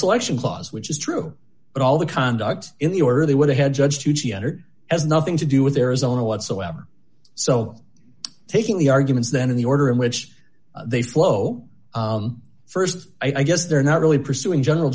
selection clause which is true but all the conduct in the order they would have had judged her has nothing to do with arizona whatsoever so taking the arguments then in the order in which they flow first i guess they're not really pursuing general